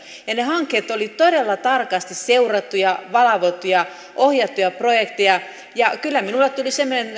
ne hankkeet olivat todella tarkasti seurattuja valvottuja ohjattuja projekteja ja kyllä minulle tuli